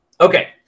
okay